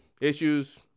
issues